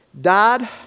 Dad